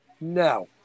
No